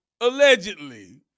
allegedly